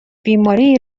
بیماری